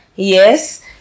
yes